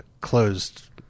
closed